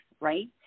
right